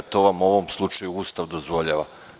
To vam u ovom slučaju Ustav dozvoljava.